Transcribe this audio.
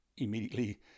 immediately